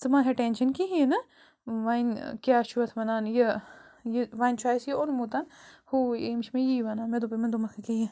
ژٕ ما ہےٚ ٹٮ۪نشَن کِہیٖنۍ نہٕ وۄنۍ کیٛاہ چھُ اَتھ وَنان یہِ یہِ وۄنۍ چھُ اَسہِ یہِ اوٚنمُت ہوٗ یہِ یِم چھِ مےٚ یی وَنان مےٚ دوٚپ یِمَن دوٚپمَکھ ییٚکیٛاہ یہِ